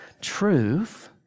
truth